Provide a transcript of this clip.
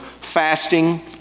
fasting